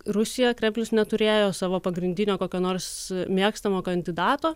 rusija kremlius neturėjo savo pagrindinio kokio nors mėgstamo kandidato